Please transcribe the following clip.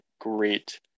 great